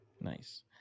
Nice